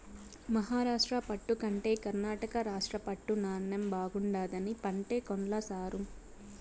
మహారాష్ట్ర పట్టు కంటే కర్ణాటక రాష్ట్ర పట్టు నాణ్ణెం బాగుండాదని పంటే కొన్ల సారూ